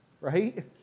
Right